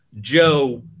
joe